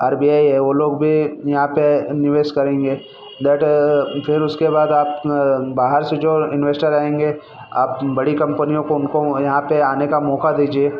are B I है वह लोग भी यहाँ पर निवेश करेंगे डेट फ़िर उसके बाद आप बाहर से जो इंवेस्टर आएंगे आप बड़ी कम्पनियों को उनको यहाँ पर आने का मौका दीजिए